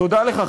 תודה לך,